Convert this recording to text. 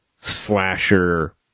slasher